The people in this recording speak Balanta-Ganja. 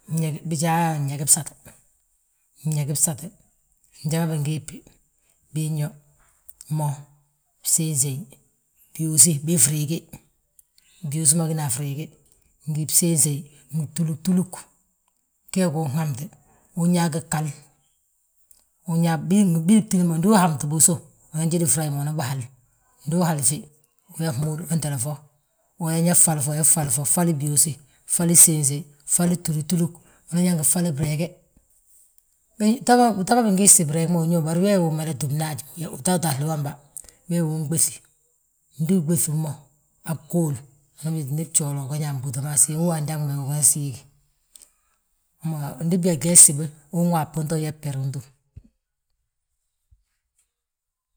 Bijaa yaa bñegi bsaate, njali ma bingiibi binyo, mo bséyisey, byuusi bii friigi, byuusi ma gína a friigi, ngi bséyiseyi, ngi btúlugtulug. Gee gu uhamte, unyaa gi ghal, bii btídi ma ndu uhamti bi, usow unan, jédi frayi ma unan bi hal. Ndu uhal fi, unan yaa fhal fo fhal fo, fhali byuusi, fhali séyiseyi, fhali túlugtulug, unan yaa ngi fhali breege. Ta ma bingiisti mñeg be uñóbu. Bari wee wi umada túmni haj, yaa ta uthali wamba, wee wi unɓéŧi. Ndu ɓéŧi mo, han bguul, ndi bjooli unan nñaa mbúuta ma ududuulu, wa andaŋ ma uga siigi. Ndi byaa glee gsibi, unwasbi unto yaa bber utúm,